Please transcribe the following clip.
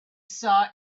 saw